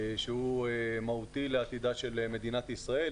שהוא מהותי לעתידה של מדינת ישראל,